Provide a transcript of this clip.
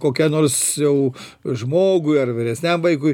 kokia nors jau žmogui ar vyresniam vaikui